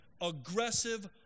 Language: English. aggressive